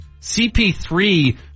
CP3